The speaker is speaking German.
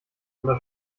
oder